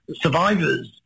survivors